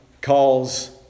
calls